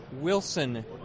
wilson